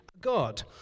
God